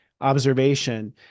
observation